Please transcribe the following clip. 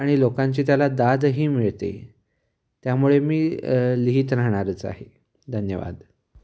आणि लोकांची त्याला दादही मिळते त्यामुळे मी लिहित राहणारच आहे धन्यवाद